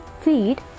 feed